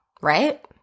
right